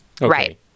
Right